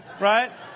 right